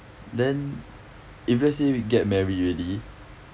then if let's say we get married already